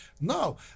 No